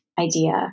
idea